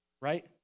right